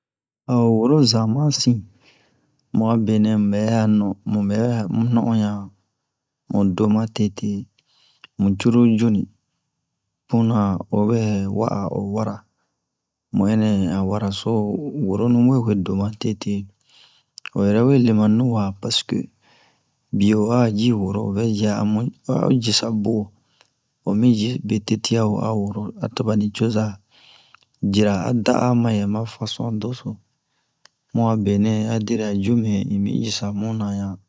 A woro zama sin mu'a benɛ mu bɛ'a mu bɛwa no'onɲa mu do ma tete mu cururu juni o muna puna obɛ wa'a o wara mu ɛnɛ han wara so woronu we wedo ma tete o yɛrɛ we lema nuwa paseke biyo o'a ji woro o vɛ ji a'o jisa buwo omi ji be tete a woro a woro toba nicoza jira a da'a mayɛ ma fason doso mu a benɛ a deriya jume un mi jisa muna